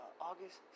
August